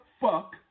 fuck